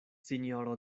sinjoro